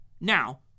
now